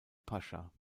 pascha